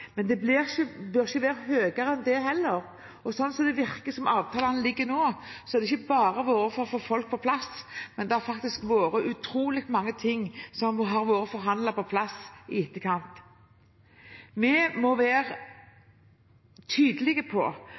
men det bør ikke være høyere enn det heller. Slik som det ser ut av avtalene nå, er det ikke bare for å få folk på plass, men det er utrolig mye som har blitt forhandlet fram i etterkant. Vi må være tydelige på